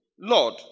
Lord